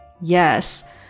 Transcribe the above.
Yes